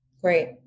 Great